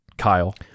Kyle